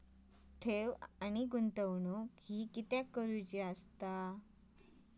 ठेव आणि गुंतवणूक हे कित्याक करुचे असतत?